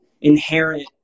inherent